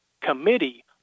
committee